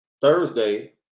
Thursday